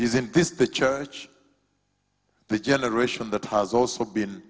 this the church the generation that has also been